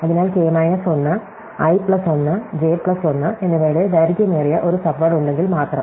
അതിനാൽ k minus 1 i plus 1 j plus 1 എന്നിവയുടെ ദൈർഘ്യമേറിയ ഒരു സബ്വേഡ് ഉണ്ടെങ്കിൽ മാത്രം